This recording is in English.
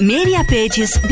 Mediapages